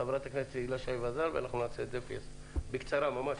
חברת הכנסת הילה שי וזאן, בקצרה ממש.